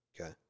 okay